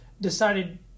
decided